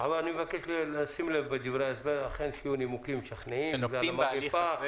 אני מבקש לשים לב בדברי ההסבר שיהיו נימוקים משכנעים בגלל המגיפה,